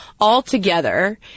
altogether